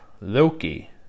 Loki